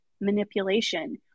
manipulation